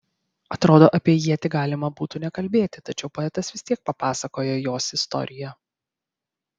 atrodo apie ietį galima būtų nekalbėti tačiau poetas vis tiek papasakoja jos istoriją